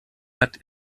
hat